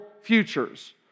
futures